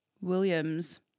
Williams